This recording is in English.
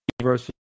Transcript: university